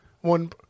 One